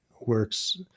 works